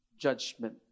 judgment